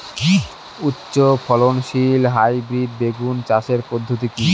উচ্চ ফলনশীল হাইব্রিড বেগুন চাষের পদ্ধতি কী?